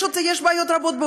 יש בעיות רבות בעולם,